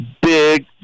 big